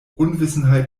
unwissenheit